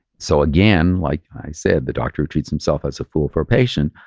so again, like i said, the doctor who treats himself has a fool for a patient,